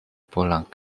pulang